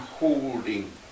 holding